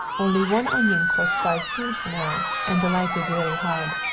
only one onion cost five sous now, and the life is very hard,